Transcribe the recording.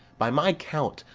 by my count,